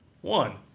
one